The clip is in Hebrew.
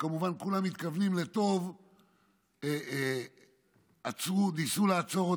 וכמובן, כולם מתכוונים לטוב, וניסו לעצור אותי.